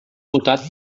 votat